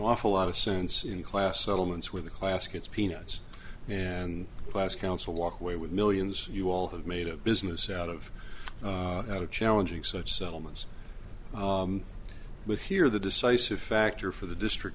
awful lot of sense in class settlements where the class gets peanuts and class counsel walk away with millions you all have made a business out of challenging such settlements but here the decisive factor for the district